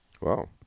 Wow